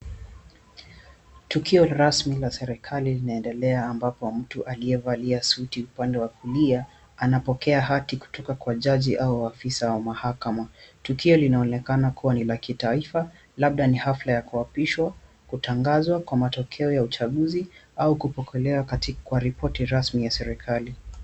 Tukio rasmi la serikali linaendelea ambapo mtu aliyevalia suti upande wa kulia anapokea hati kutoka kwa jaji au afisa wa mahakama. Tukio linaonekana kuwa ni la kitaifa, labda ni hafla ya kuapishwa, kutangazwa kwa matokeo ya uchaguzi au kupokelewa kwa ripoti rasmi ya serikali.